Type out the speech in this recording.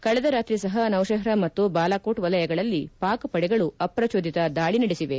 ಕಳೆದ ರಾತ್ರಿ ಸಹ ನೌಶೆಹ್ರಾ ಮತ್ತು ಬಾಲಾಕೋಟ್ ವಲಯಗಳಲ್ಲಿ ಪಾಕ್ ಪಡೆಗಳು ಅಪ್ರಜೋದಿತ ದಾಳಿ ನಡೆಸಿವೆ